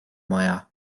maja